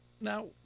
now